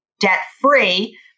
debt-free